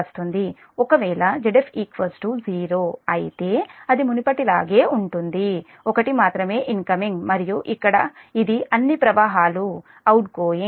ఒకవేళ Zf 0 అయితే అది మునుపటిలాగే ఉంటుంది ఒకటి మాత్రమే ఇన్కమింగ్ మరియు ఇక్కడ ఇది అన్ని ప్రవాహాలు అవుట్గోయింగ్